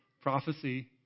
prophecy